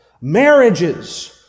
Marriages